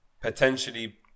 potentially